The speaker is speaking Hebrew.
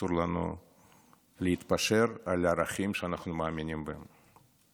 אסור לנו להתפשר על ערכים שאנחנו מאמינים בהם.